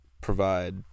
provide